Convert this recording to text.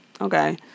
okay